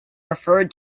referred